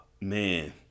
man